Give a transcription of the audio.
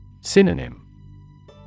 Synonym